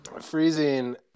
freezing